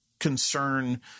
concern